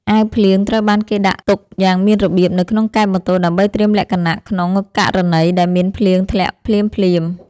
អាវភ្លៀងត្រូវបានគេដាក់ទុកយ៉ាងមានរបៀបនៅក្នុងកែបម៉ូតូដើម្បីត្រៀមលក្ខណៈក្នុងករណីដែលមានភ្លៀងធ្លាក់ភ្លាមៗ។